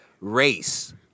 race